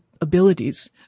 abilities